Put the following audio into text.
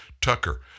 Tucker